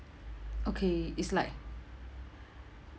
okay it's like